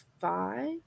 five